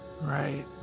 Right